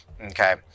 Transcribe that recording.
Okay